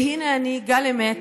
והינה אני, גל אמת,